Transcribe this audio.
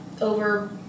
over